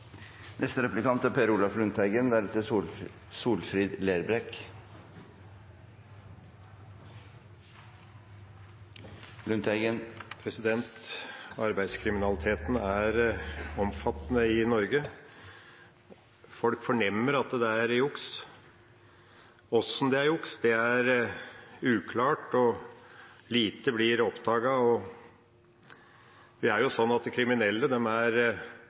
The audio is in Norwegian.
Arbeidskriminaliteten er omfattende i Norge. Folk fornemmer at det er juks. Hvordan det er juks, er uklart, og lite blir oppdaget. Det er jo sånn at kriminelle er fagfolk i sitt fag, og det er